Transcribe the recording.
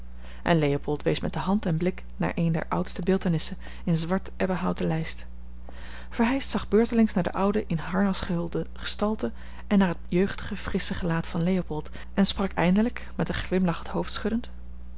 en leopold wees met de hand en blik naar eene der oudste beeltenissen in zwart ebbenhouten lijst verheyst zag beurtelings naar de oude in harnas gehulde gestalte en naar het jeugdige frissche gelaat van leopold en sprak eindelijk met een glimlach het hoofd schuddend